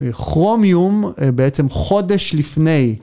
חרומיום בעצם חודש לפני.